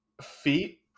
feet